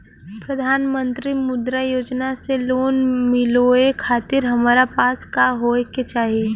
प्रधानमंत्री मुद्रा योजना से लोन मिलोए खातिर हमरा पास का होए के चाही?